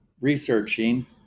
researching